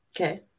Okay